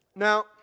Now